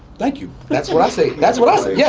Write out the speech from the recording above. thank you, that's what i say, that's what i say. yeah